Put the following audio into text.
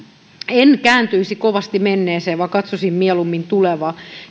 en kääntyisi kovasti menneeseen vaan katsoisin mieluummin tulevaan